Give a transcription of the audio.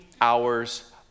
hours